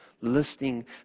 listening